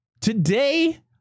today